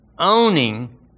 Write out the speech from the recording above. owning